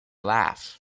laugh